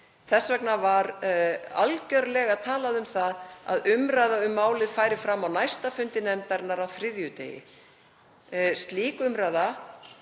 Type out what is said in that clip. Þess vegna var algjörlega talað um það að umræða um málið færi fram á næsta fundi nefndarinnar á þriðjudegi. Slík umræða